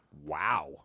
Wow